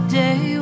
day